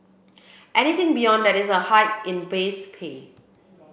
anything beyond that is a hike in base pay